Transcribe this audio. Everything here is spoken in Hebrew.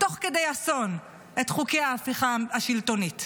תוך כדי אסון את חוקי ההפיכה השלטונית.